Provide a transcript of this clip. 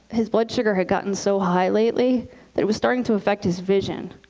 his blood sugar had gotten so high lately, that it was starting to affect his vision.